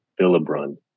Villebrun